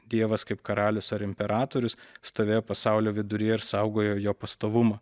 dievas kaip karalius ar imperatorius stovėjo pasaulio viduryje ir saugojo jo pastovumą